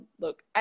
look